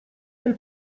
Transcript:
del